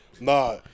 Nah